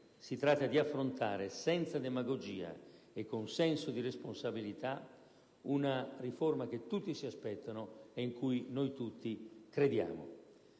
si tratta di affrontare, senza demagogia e con senso di responsabilità, una riforma che tutti si aspettano e in cui noi tutti crediamo.